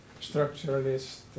structuralist